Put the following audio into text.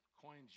coins